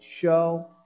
show